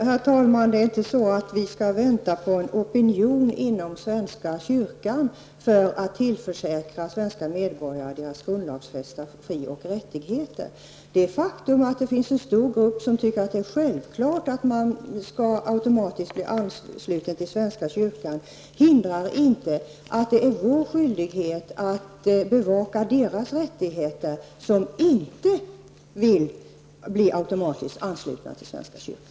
Herr talman! Vi skall inte vänta på en opinion inom svenska kyrkan för att tillförsäkra svenska medborgare deras grundlagsfästa fri och rättigheter. Det faktum att det finns en stor grupp som tycker att det är självklart att man automatiskt skall bli ansluten till svenska kyrkan hindrar inte att det är vår skyldighet att bevaka deras rättigheter som inte vill bli automatiskt anslutna till svenska kyrkan.